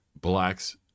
blacks